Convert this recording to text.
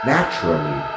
Naturally